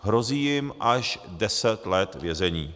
Hrozí jim až 10 let vězení.